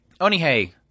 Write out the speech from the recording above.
Onihei